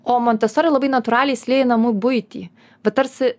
o montesori labai natūraliai įsilieja į namų buitį vat tarsi